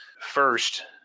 first